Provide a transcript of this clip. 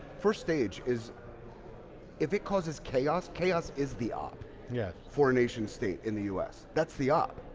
first stage is if it causes chaos, chaos is the op yeah for a nation state in the us. that's the op.